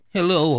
Hello